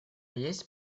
есть